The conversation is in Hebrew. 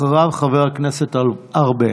אחריו, חבר הכנסת ארבל.